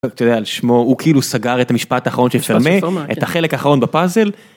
אתה יודע, על שמו.. הוא כאילו סגר את המשפט האחרון של פרמה, את החלק האחרון בפאזל